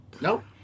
Nope